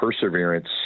perseverance